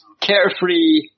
carefree